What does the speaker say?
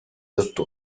dott